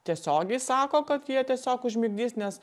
tiesiogiai sako kad jie tiesiog užmigdys nes